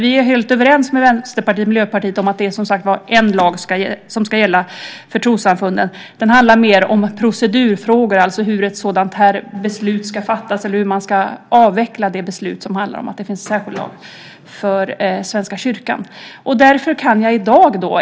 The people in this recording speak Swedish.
Vi är helt överens med Vänsterpartiet och Miljöpartiet om att det ska vara en lag som ska gälla för trossamfunden. Reservationen handlar mer om procedurfrågor, alltså hur ett sådant här beslut ska fattas eller hur man ska avveckla det beslut som handlar om att det finns en särskild lag för Svenska kyrkan.